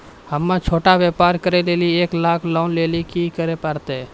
हम्मय छोटा व्यापार करे लेली एक लाख लोन लेली की करे परतै?